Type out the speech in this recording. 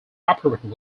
operated